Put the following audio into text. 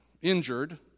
injured